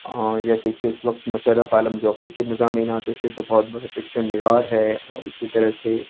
جیسے کہ اس وقت مشرف عالم ذوقی کے مضامین آتے تھے جو بہت بڑے فکشن نگار ہے اور اسی طرح سے